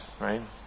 right